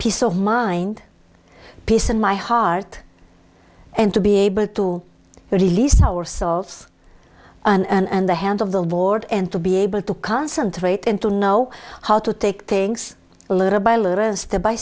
peace of mind peace in my heart and to be able to release ourselves and the hand of the ward and to be able to concentrate and to know how to take things a little by little the by